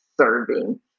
serving